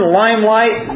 limelight